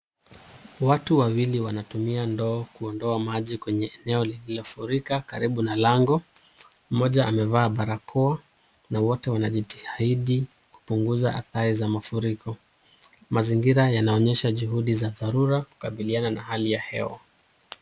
Watu wawili wanatumia ndoo kuondoa maji kwenye eneo lililofurika karibu na lango. Mmoja amevaa barakoa na wote wanajitahidi kupunguza athari za mafuriko. Mazingira yanaonyesha juhudi za dharura kukabiliana na hali ya hewa.